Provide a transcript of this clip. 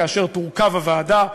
כאשר תורכב הוועדה.